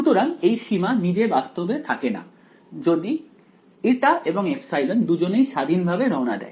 সুতরাং এই সীমা নিজে বাস্তবে থাকে না যদি η এবং ε দুজনেই স্বাধীনভাবে রওনা দেয়